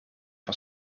van